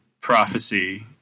prophecy